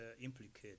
implicate